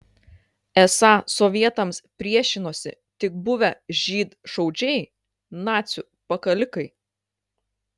esą sovietams priešinosi tik buvę žydšaudžiai nacių pakalikai